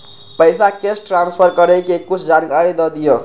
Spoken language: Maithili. पैसा कैश ट्रांसफर करऐ कि कुछ जानकारी द दिअ